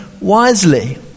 wisely